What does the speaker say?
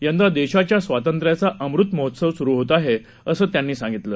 यंदा देशाच्या स्वातंत्र्याचा अमृत महोत्सव सुरु होत आहे असं त्यांनी सांगितलं